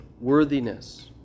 worthiness